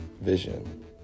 vision